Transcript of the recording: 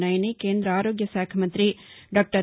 ఉన్నాయని కేంద్రద ఆరోగ్యశాఖ మంత్రి డాక్టర్